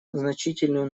значительную